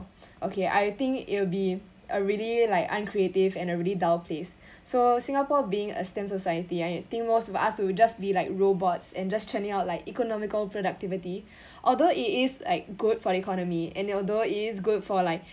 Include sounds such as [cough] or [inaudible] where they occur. okay I think it will be a really like uncreative and a really dull place [breath] so singapore being a STEM society I think most of us would just be like robots and just churning out like economical productivity [breath] although it is like good for economy and although it is good for like